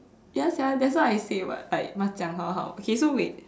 ya sia that's why I say what like must must 讲好好